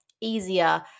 easier